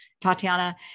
Tatiana